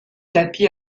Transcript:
tapis